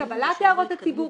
קבלת הערות הציבור,